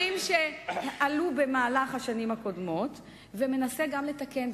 שעלו במהלך השנים הקודמות ומנסה גם לתקן.